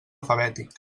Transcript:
alfabètic